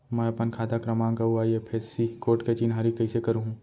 मैं अपन खाता क्रमाँक अऊ आई.एफ.एस.सी कोड के चिन्हारी कइसे करहूँ?